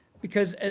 because